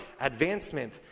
advancement